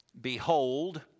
behold